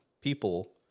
people